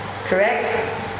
Correct